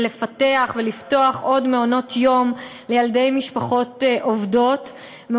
לפתח ולפתוח עוד מעונות יום לילדי משפחות עובדות,